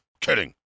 kidding